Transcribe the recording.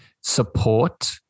support